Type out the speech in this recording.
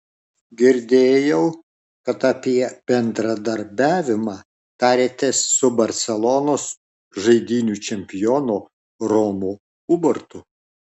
girdėjau kad apie bendradarbiavimą tarėtės su barselonos žaidynių čempionu romu ubartu